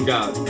God